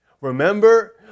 Remember